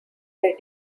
they